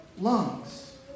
lungs